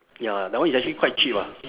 ya that one is actually quite cheap ah